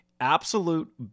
absolute